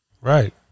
Right